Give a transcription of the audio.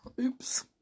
Oops